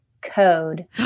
code